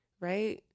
right